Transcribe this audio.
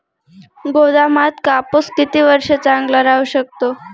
गोदामात कापूस किती वर्ष चांगला राहू शकतो?